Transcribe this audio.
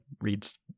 reads